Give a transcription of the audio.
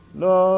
no